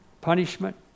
punishment